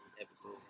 episode